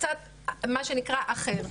קצת מה שנקרא אחר.